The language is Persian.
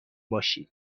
باشید